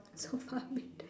how far with the